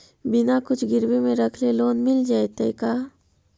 बिना कुछ गिरवी मे रखले लोन मिल जैतै का?